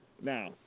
Now